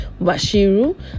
Bashiru